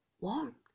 warm